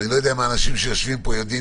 אני לא יודע אם האנשים שיושבים פה יודעים